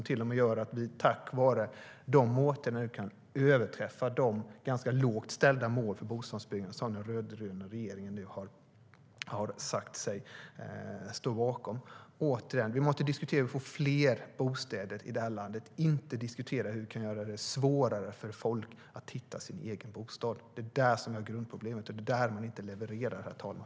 Tack vare dessa åtgärder kan vi nu till och med överträffa de ganska lågt ställda målen för bostadsbyggande som den rödgröna regeringen har sagt sig stå bakom.